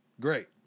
great